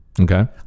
Okay